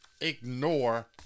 ignore